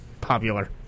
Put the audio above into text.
popular